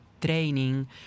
training